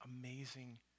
amazing